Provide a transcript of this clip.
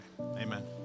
Amen